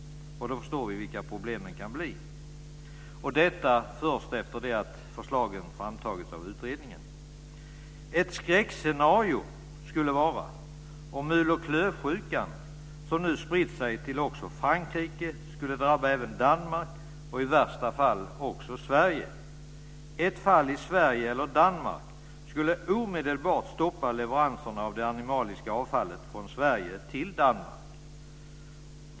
Då förstår vi vilka problemen kan bli. Detta först efter det att förslagen framförts av utredningen. Ett skräckscenario skulle vara om mul och klövsjukan, som nu spritt sig till Frankrike, skulle drabba även Danmark och i värsta fall också Sverige. Ett fall i Sverige eller i Danmark skulle omedelbart stoppa leveranserna av det animaliska avfallet från Sverige till Danmark.